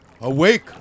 Awake